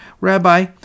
Rabbi